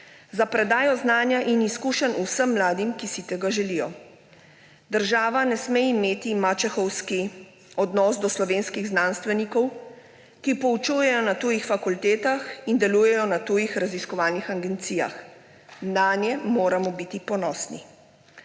za predajo znanja in izkušenj vsem mladim, ki si tega želijo. Država ne sme imeti mačehovskega odnosa do slovenskih znanstvenikov, ki poučujejo na tujih fakultetah in delujejo na tujih raziskovalnih agencijah. Nanje moramo biti ponosni.